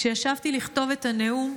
כשישבתי לכתוב את הנאום,